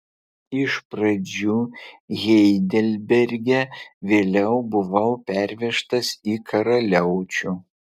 iš pradžių heidelberge vėliau buvau pervežtas į karaliaučių